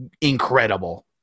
incredible